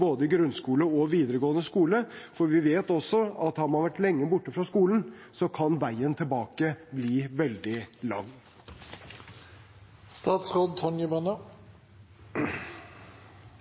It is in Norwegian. både i grunnskole og i videregående skole, for vi vet også at har man vært lenge borte fra skolen, kan veien tilbake bli veldig lang.